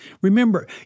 Remember